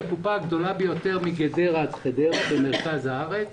הקופה הגדולה ביותר מגדרה עד חדרה במרכז הארץ.